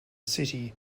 city